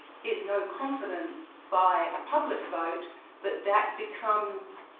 in no confidence by a public vote but that becomes